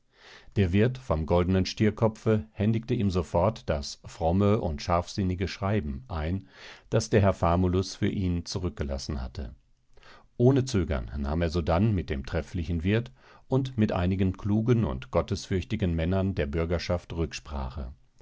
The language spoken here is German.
der wirt vom goldenen stierkopfe händigte ihm sofort das fromme und scharfsinnige schreiben ein das der herr famulus für ihn zurückgelassen hatte ohne zögern nahm er sodann mit dem trefflichen wirt und mit einigen klugen und gottes fürchtigen männern der bürgerschaft rücksprache